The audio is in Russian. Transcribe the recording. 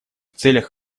целях